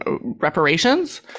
reparations